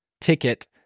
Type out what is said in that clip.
ticket